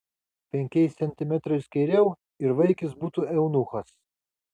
penkiais centimetrais kairiau ir vaikis būtų eunuchas